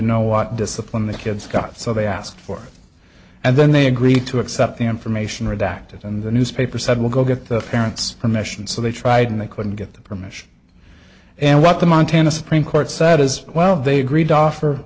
know what discipline the kids got so they asked for and then they agreed to accept the information redacted and the newspaper said well go get the parents permission so they tried and they couldn't get their permission and what the montana supreme court said is well they agreed offer